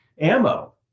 ammo